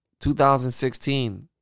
2016